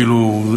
כאילו,